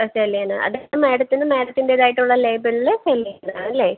പ്രശ്നമല്ലെയെന്ന് അതൊക്കെ മേഡത്തിന് മേഡത്തിൻ്റെതായിട്ടുള്ള ലേബലിൽ സെല്ല് ചെയ്യുന്നതാണല്ലേ